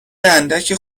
اندک